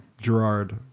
Gerard